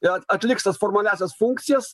ir atliks tas formaliąsias funkcijas